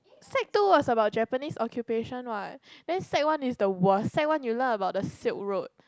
sec two was about Japanese occupation what then sec one is the worst sec one you learn about silk road